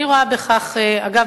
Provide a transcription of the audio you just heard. אגב,